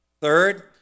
Third